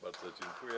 Bardzo dziękuję.